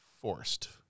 forced